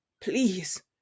Please